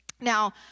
Now